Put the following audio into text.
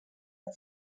per